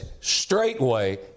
straightway